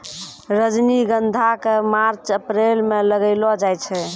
रजनीगंधा क मार्च अप्रैल म लगैलो जाय छै